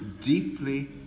deeply